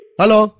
hello